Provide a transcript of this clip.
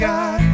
God